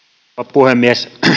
puhemies